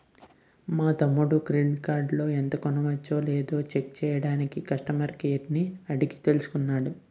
మా తమ్ముడు క్రెడిట్ కార్డులో ఎంత కొనవచ్చునో లేదో చెక్ చెయ్యడానికి కష్టమర్ కేర్ ని అడిగి తెలుసుకున్నాడు